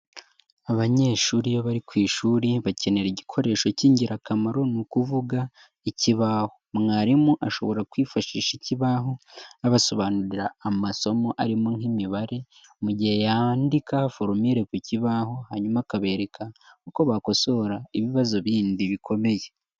Abanyeshuri iyo bari ku ishuri bakenera igikoresho cy'ingirakamaro, ni ukuvuga ikibaho. Mwarimu ashobora kwifashisha ikibaho, abasobanurira amasomo arimo nk'imibare, mu gihe yandika forumile ku kibaho, hanyuma akabereka uko bakosora ibibazo bindi bikomeye.